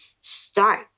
start